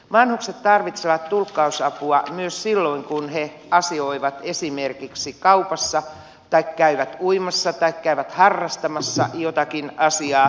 vanhukset tarvitsevat tulkkausapua myös silloin kun he asioivat esimerkiksi kaupassa käyvät uimassa tai käyvät harrastamassa jotakin asiaa